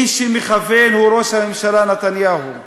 מי שמכוון, הוא ראש הממשלה נתניהו.